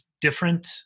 different